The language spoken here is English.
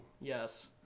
Yes